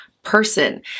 person